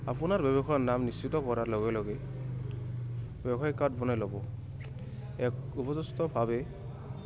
আপোনাৰ ব্যৱসায়ৰ নাম নিশ্চিত কৰাৰ লগে লগে ব্যৱসায়িক কাৰ্ড বনাই ল'ব এক উপদেষ্টভাৱে